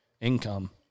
income